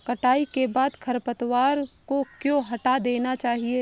कटाई के बाद खरपतवार को क्यो हटा देना चाहिए?